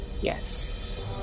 Yes